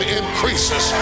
increases